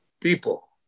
People